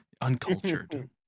Uncultured